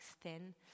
thin